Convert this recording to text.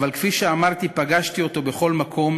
אבל כפי שאמרתי, פגשתי אותו בכל מקום